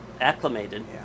acclimated